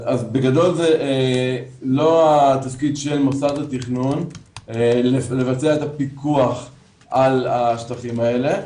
בגדול זה לא התפקיד של מוסד התכנון לבצע את הפיקוח על השטחים האלה.